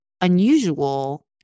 unusual